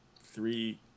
three